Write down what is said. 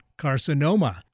carcinoma